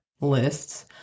lists